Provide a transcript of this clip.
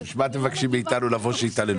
אז מה אתם מבקשים מאתנו לבוא שיתעללו?